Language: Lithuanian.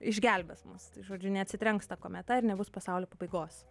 išgelbės mus tai žodžiu neatsitrenks ta kometa ir nebus pasaulio pabaigos